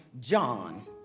John